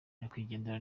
nyakwigendera